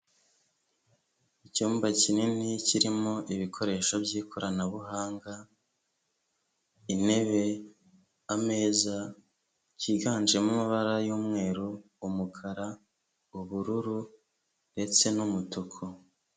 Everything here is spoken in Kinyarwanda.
Icyumba kinini kirimo ibikoresho by'ikoranabuhanga, intebe, ameza byiganjemo amabara y'umweru, umukara, ubururu ndetse n'umutuku.